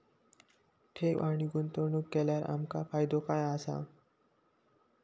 ठेव आणि गुंतवणूक केल्यार आमका फायदो काय आसा?